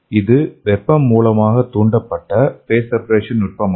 இது வெப்பம் மூலமாக தூண்டப்பட்ட ஃபேஸ் செபரேஷன் நுட்பமாகும்